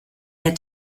der